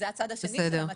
זה הצד השני של המטבע.